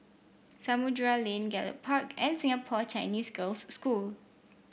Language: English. Samudera Lane Gallop Park and Singapore Chinese Girls' School